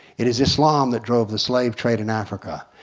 it is islam that drove the slave trade in africa.